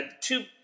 Two